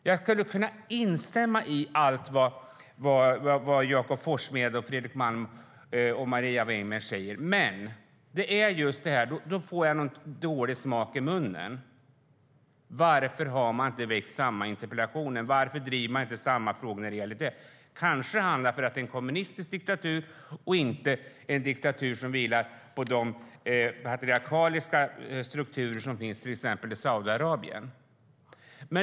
Jag skulle kunna instämma i allt som Jakob Forssmed, Fredrik Malm och Maria Weimer säger, men då får jag en dålig smak i munnen: Varför har man inte väckt interpellationer om andra diktaturer? Varför driver man inte samma frågor när det gäller de länderna? Kanske handlar det om att Kuba är en kommunistisk diktatur och inte en diktatur som vilar på patriarkaliska strukturer som Saudiarabien?